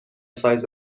سایز